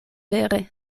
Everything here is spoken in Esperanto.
vere